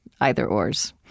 either-ors